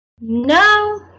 No